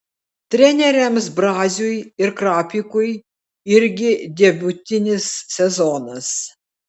treneriams braziui ir krapikui irgi debiutinis sezonas